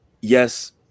Yes